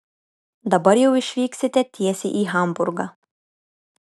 dabar jau išvyksite tiesiai į hamburgą